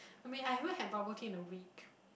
I mean I haven't had bubble tea in a week